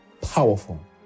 powerful